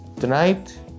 tonight